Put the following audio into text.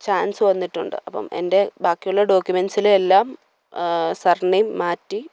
chance വന്നിട്ടുണ്ട് അപ്പം എൻ്റെ ബാക്കിയുള്ള ഡോക്യുമെൻ്റ്സിലെ എല്ലാം സർ നെയിം മാറ്റി